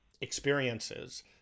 experiences